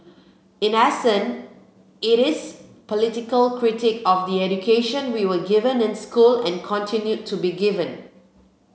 in essence it is political critique of the education we were given in school and continue to be given